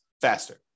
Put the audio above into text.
faster